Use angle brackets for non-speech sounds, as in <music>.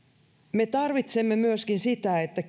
me tarvitsemme myöskin sitä että <unintelligible>